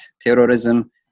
terrorism